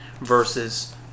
versus –